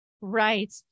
Right